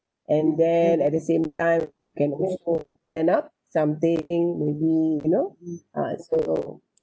and then at the same can also end up something maybe you know uh so